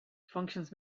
functions